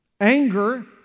Anger